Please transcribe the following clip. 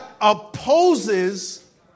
opposes